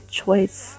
choice